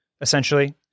essentially